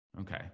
Okay